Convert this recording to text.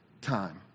time